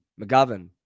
McGovern